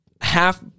half